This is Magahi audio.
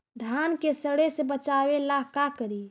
धान के सड़े से बचाबे ला का करि?